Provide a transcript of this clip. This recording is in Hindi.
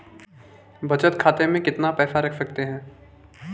बचत खाते में कितना पैसा रख सकते हैं?